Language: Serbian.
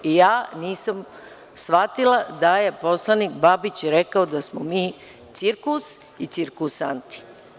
Ja nisam shvatila da je poslanik Babić rekao da smo mi cirkus i cirkusanti.